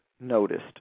noticed